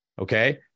okay